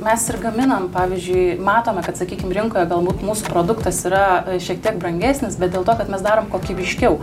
mes ir gaminam pavyzdžiui matome kad sakykim rinkoje galbūt mūsų produktas yra šiek tiek brangesnis bet dėl to kad mes darom kokybiškiau